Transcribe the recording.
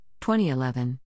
2011